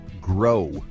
grow